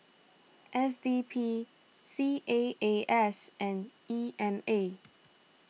S D P C A A S and E M A